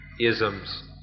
isms